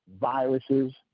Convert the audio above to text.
viruses